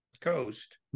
Coast